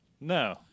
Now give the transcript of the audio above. No